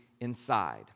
inside